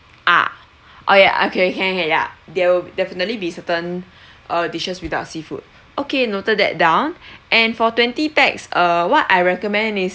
ah okay okay can can ya there'll definitely be certain uh dishes without seafood okay noted that down and for twenty pax err what I recommend is